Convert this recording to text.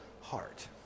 heart